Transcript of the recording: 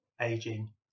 aging